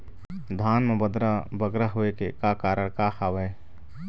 धान म बदरा बगरा होय के का कारण का हवए?